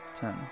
Ten